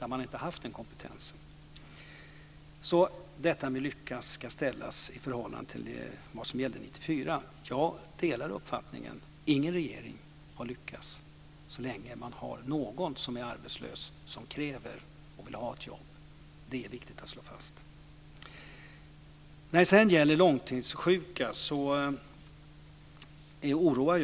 Det jag har sagt om att lyckas ska ställas i förhållande till situationen 1994. Jag delar uppfattningen att ingen regering har lyckats så länge någon är arbetslös som kräver och vill ha ett jobb. Det är viktigt att slå fast. Kent Olsson tar också upp de långtidssjuka.